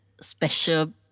special